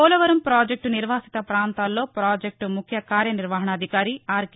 Polavaram project నిర్వాసిత ప్రాంతాల్లో project ముఖ్య కార్యనిర్వాహణాధికారి ఆర్కె